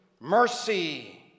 mercy –